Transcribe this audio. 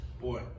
Boy